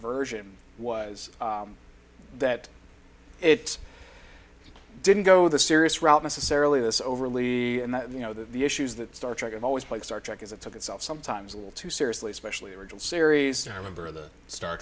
version was that it i didn't go the serious route necessarily this overly you know the issues that star trek and always play star trek is it took itself sometimes a little too seriously especially original series to remember the star